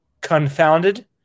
confounded